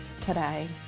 today